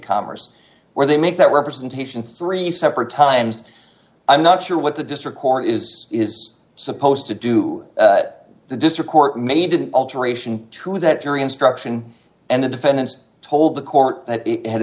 commerce where they make that representation three separate times i'm not sure what the district court is is supposed to do that the district court made an alteration true that jury instruction and the defendants told the court that